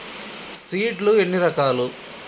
Seed లు ఎన్ని రకాలు?